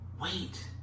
wait